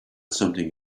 something